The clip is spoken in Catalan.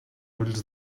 ulls